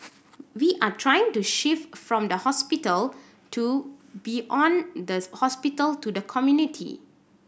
we are trying to shift from the hospital to does hospital to the community